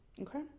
Okay